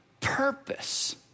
purpose